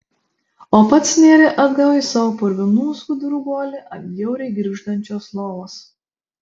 o pats nėrė atgal į savo purvinų skudurų guolį ant bjauriai girgždančios lovos